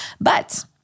But-